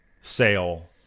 sale